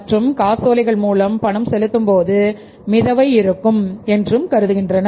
மற்றும் காசோலைகள் மூலம் பணம் செலுத்தும்போது மிதவை இருக்கும் என்றும் கருதுகின்றனர்